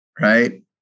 right